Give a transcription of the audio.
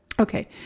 okay